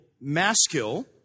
masculine